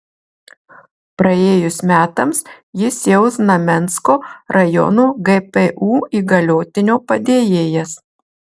praėjus metams jis jau znamensko rajono gpu įgaliotinio padėjėjas